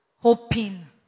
hoping